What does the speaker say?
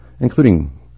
including